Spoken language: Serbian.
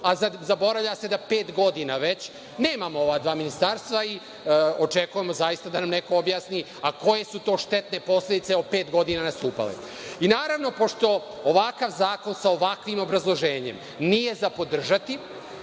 Zaboravlja se da pet godina već nemamo ova dva ministarstva i očekujemo zaista da nam neko objasni, a koje su to štetne posledice u pet godina nastupale. Naravno, pošto ovakav zakon, sa ovakvim obrazloženjem, nije za podržati,